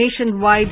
nationwide